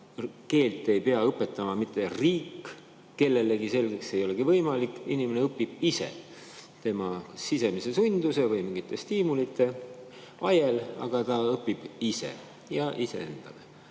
keelt ei pea õpetama mitte riik kellelegi selgeks, see ei olegi võimalik, inimene õpib ise sisemise sunduse või mingite stiimulite ajel, aga ta õpib ise ja iseendale.